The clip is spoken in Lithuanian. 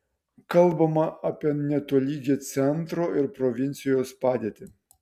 kalbama apie netolygią centro ir provincijos padėtį